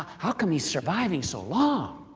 ah how come he's surviving so long.